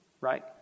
right